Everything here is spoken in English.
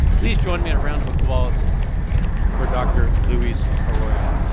please join me in a round of applause for dr. luis arroyo.